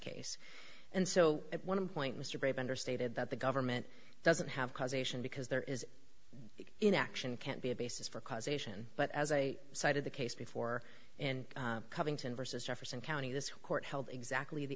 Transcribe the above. case and so at one point mr bender stated that the government doesn't have causation because there is inaction can't be a basis for causation but as a side of the case before in covington versus jefferson county this court held exactly the